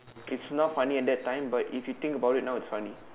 it's not funny at that time but if you think about it now it's funny